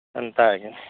ଏନ୍ତା ଆଜ୍ଞା